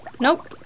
Nope